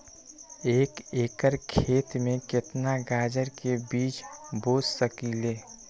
एक एकर खेत में केतना गाजर के बीज बो सकीं ले?